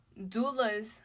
doulas